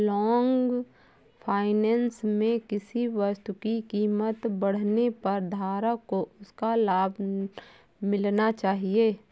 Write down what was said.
long finance में किसी वस्तु की कीमत बढ़ने पर धारक को उसका लाभ मिलना चाहिए